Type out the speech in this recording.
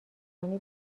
کنی